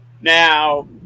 Now